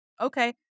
okay